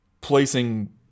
placing